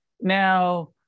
now